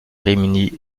rimini